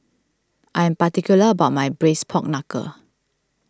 I am particular about my Braised Pork Knuckle